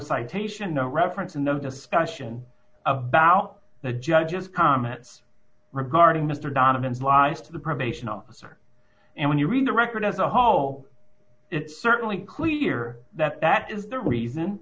citation no reference in the discussion about the judge's comments regarding mr donovan's life to the probation officer and when you read the record as a whole it's certainly clear that that is the reason